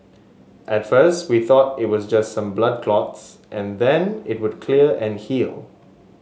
at first we thought it was just some blood clots and then it would clear and heal